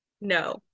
no